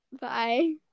bye